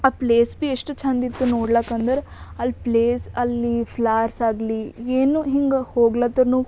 ಆ ಪ್ಲೇಸ್ ಭೀ ಎಷ್ಟು ಚೆಂದಿತ್ತು ನೋಡ್ಲಕಂದ್ರೆ ಅಲ್ಲಿ ಪ್ಲೇಸ್ ಅಲ್ಲಿ ಫ್ಲಾರ್ಸ್ ಆಗಲಿ ಏನು ಹಿಂಗ ಹೋಗ್ಲತ್ತರ್ನು